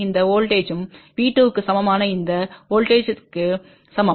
இந்த வோல்ட்டேஜ்ம் V2க்கு சமமான இந்த வோல்ட்டேஜ்த்திற்கு சமம்